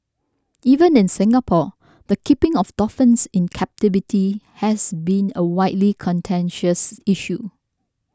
even in Singapore the keeping of dolphins in captivity has been a widely contentious issue